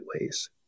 ways